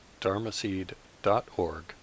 dharmaseed.org